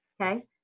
Okay